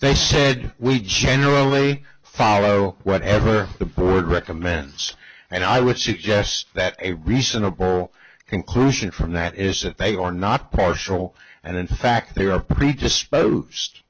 they said we generally follow whatever the board recommends and i would suggest that a reasonable conclusion from that is that they are not partial and in fact they are predisposed